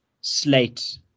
slate